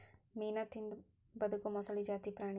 ಮೇನಾ ತಿಂದ ಬದಕು ಮೊಸಳಿ ಜಾತಿ ಪ್ರಾಣಿ